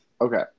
Okay